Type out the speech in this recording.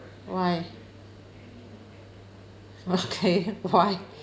why okay why